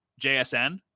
JSN